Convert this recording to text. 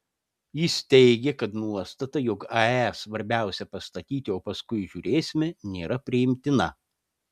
jis teigė kad nuostata jog ae svarbiausia pastatyti o paskui žiūrėsime nėra priimtina